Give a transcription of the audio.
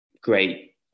great